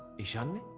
ishaan.